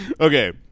Okay